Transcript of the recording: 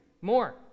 more